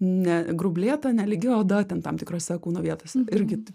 ne grublėta nelygi oda ten tam tikrose kūno vietose irgi